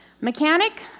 Mechanic